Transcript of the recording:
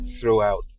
throughout